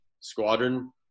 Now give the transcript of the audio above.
squadron